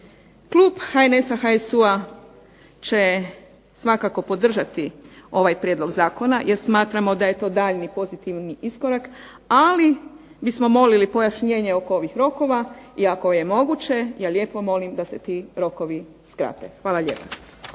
Klub HNS-a, HSU-a će svakako podržati ovaj prijedlog zakona, jer smatramo da je to daljnji pozitivan iskorak, ali bismo molili pojašnjenje oko ovih rokova i ako je moguće ja lijepo molim da se ti rokovi skrate. Hvala lijepa.